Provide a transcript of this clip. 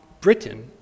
Britain